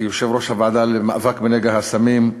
כיושב-ראש הוועדה למאבק בנגע הסמים,